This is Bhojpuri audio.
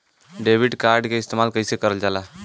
डेबिट कार्ड के इस्तेमाल कइसे करल जाला?